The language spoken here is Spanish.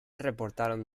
reportaron